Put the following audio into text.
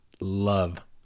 love